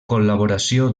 col·laboració